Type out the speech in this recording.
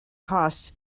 costs